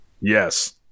Yes